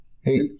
Hey